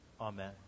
Amen